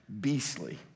beastly